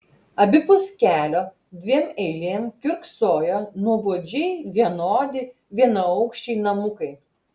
abipus kelio dviem eilėm kiurksojo nuobodžiai vienodi vienaaukščiai namukai